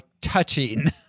touching